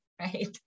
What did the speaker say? right